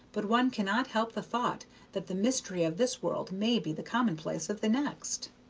but one cannot help the thought that the mystery of this world may be the commonplace of the next.